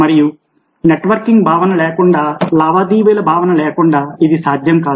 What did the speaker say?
మరియు నెట్వర్కింగ్ భావన లేకుండా లావాదేవీల భావన లేకుండా ఇది సాధ్యం కాదు